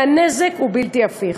והנזק הוא בלתי הפיך.